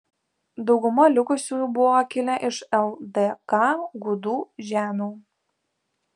dauguma likusiųjų buvo kilę iš ldk gudų žemių